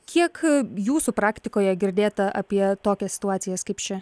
kiek jūsų praktikoje girdėta apie tokias situacijas kaip ši